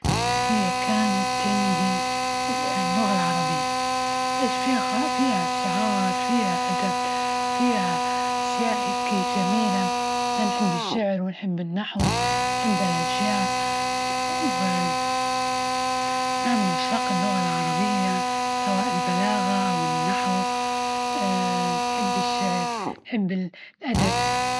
هي كانت تندي إنها اللغة العربية، بس فيها- فيها أشعار، فيها أدب، فيها أشياء هكي جميلة، نحب الشعر ونحب النحو، نحب هالأشياء، أنا من عشاق اللغة العربية، البلاغة والنحو، نحب الشعر نحب الأدب.